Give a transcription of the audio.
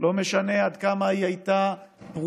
לא משנה עד כמה היא הייתה פרועה,